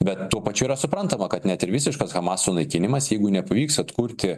bet tuo pačiu yra suprantama kad net ir visiškas hamas sunaikinimas jeigu nepavyks atkurti